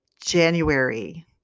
January